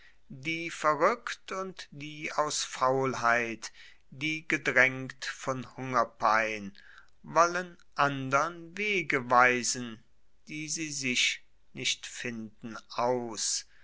die verrueckt und die aus faulheit die gedraengt von hungerpein wollen andern wege weisen die sie sich nicht finden aus